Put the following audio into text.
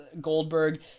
goldberg